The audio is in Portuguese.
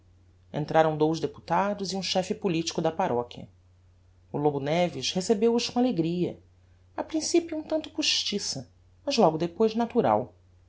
entraram dous deputados e um chefe politico da parochia o lobo neves recebeu-os com alegria a principio um tanto postiça mas logo depois natural